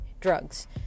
drugs